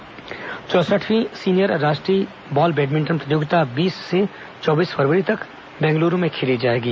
badminton handball चौंसठवीं senior राष्ट्रीय ball badminton प्रतियोगिता बीस से चौबीस फरवरी तक बेंगलूरू में खेली जाएगी